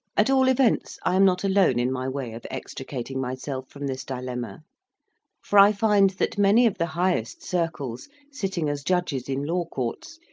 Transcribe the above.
at all events i am not alone in my way of extricating myself from this dilemma for i find that many of the highest circles, sitting as judges in law courts,